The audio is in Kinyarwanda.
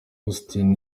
austin